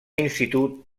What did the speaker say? institut